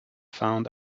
found